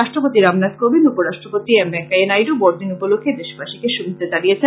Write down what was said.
রাষ্ট্রপতি রামনাথ কোবিন্দ ও উপরাষ্ট্রপতি এম ভেংকাইয়া নাইড় বড়দিন উপলক্ষে দেশবাসীকে শুভেচ্ছা জানিয়েছেন